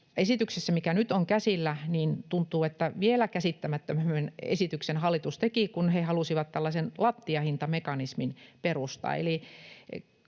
esityksessä, mikä nyt on käsillä, tuntuu, että vielä käsittämättömämmän esityksen hallitus teki, kun he halusivat tällaisen lattiahintamekanismin perustaa.